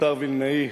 השר וילנאי,